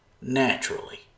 naturally